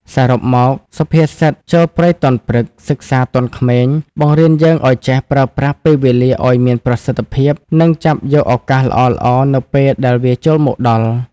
សរុបមក សុភាសិត ចូលព្រៃទាន់ព្រឹក សិក្សាទាន់ក្មេង បង្រៀនយើងឱ្យចេះ ប្រើប្រាស់ពេលវេលាឱ្យមានប្រសិទ្ធភាព និងចាប់យកឱកាសល្អៗនៅពេលដែលវាចូលមកដល់ ។